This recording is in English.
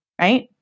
right